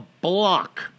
block